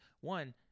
One